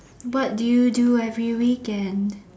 what do you do every weekend